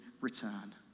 return